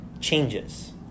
changes